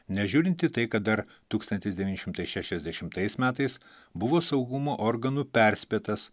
nežiūrint į tai kad dar tūkstantis devyni šimtai šešiasdešimtais metais buvo saugumo organų perspėtas